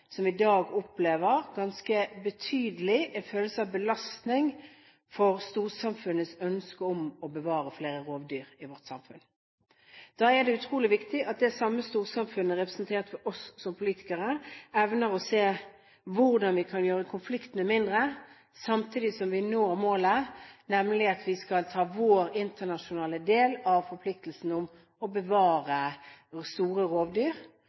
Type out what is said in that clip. som i dag opplever en ganske betydelig følelse av belastning på grunn av storsamfunnets ønske om å bevare flere rovdyr i vårt samfunn. Da er det utrolig viktig at det samme storsamfunnet, representert ved oss som politikere, evner å se hvordan vi kan gjøre konfliktene mindre, samtidig som vi når målet, nemlig at vi skal ta vår del av internasjonale forpliktelser til å bevare våre store rovdyr